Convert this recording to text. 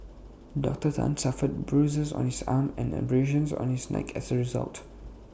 dr Tan suffered bruises on his arm and abrasions on his neck as A result